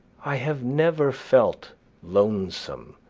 i have never felt lonesome,